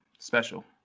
special